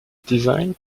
designed